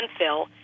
landfill